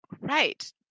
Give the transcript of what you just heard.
Right